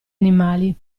animali